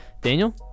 Daniel